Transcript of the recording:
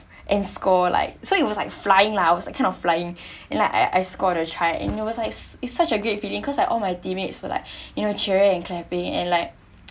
and score like so it was like flying lah that kind of flying and like I I scored a try and it was like s~ it's such a great feeling cause like all my teammates were like you know cheering and clapping and like